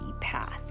path